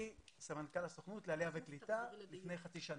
אני סמנכ"ל הסוכנות לעלייה וקליטה מלפני חצי שנה.